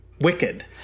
wicked